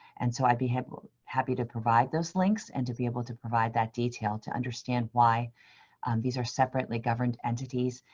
and so i'd be happy happy to provide those links and to be able to provide that detail to understand why these are separately governed entities,